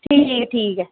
ठीक ठीक ऐ